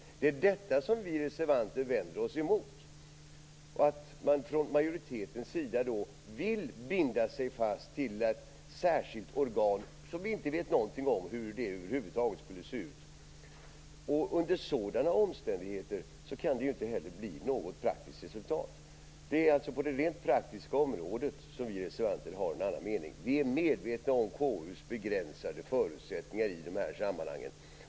Detta är detta vi reservanter vänder oss emot. Majoriteten vill binda sig fast vid ett särskilt organ, som vi inte vet något om hur det skulle se ut. Under sådana omständigheter kan det inte bli något praktiskt resultat. Det är på det rent praktiska området vi reservanter har en annan mening. Vi är medvetna om KU:s begränsade förutsättningar i de här sammanhangen.